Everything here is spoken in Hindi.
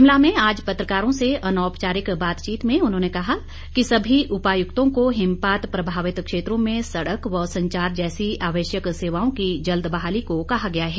शिमला में आज पत्रकारों से अनौपचारिक बातचीत में उन्होंने कहा कि सभी उपायुक्तों को हिमपात प्रभावित क्षेत्रों में सड़क व संचार जैसी आवश्यक सेवाओं की जल्द बहाली को कहा गया है